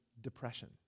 depression